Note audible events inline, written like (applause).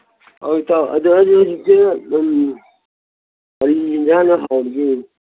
ꯑꯗꯨꯗꯤ ꯏꯇꯥꯎ (unintelligible) ꯀꯩ ꯌꯦꯟꯁꯥꯡꯅ ꯍꯥꯎꯔꯤꯒꯦ